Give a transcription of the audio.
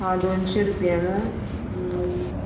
हां दोनशें रुपयानू